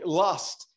lust